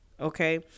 okay